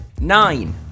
Nine